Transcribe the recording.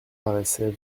paraissait